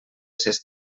ses